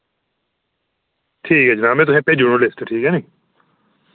ठीक ऐ जनाब में तुसें भेजी ओड़गा लिस्ट ठीक ऐ निं